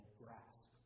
grasp